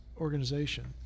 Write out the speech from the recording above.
organization